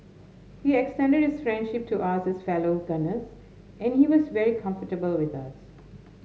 he extended his friendship to us as fellow gunners and he was very comfortable with us